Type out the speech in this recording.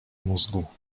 mózgu